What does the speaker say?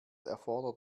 erfordert